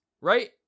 right